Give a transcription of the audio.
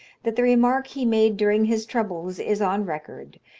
that the remark he made during his troubles is on record,